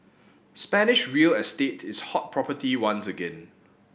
Spanish real estate is hot property once again